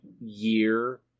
year